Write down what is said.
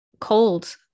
cold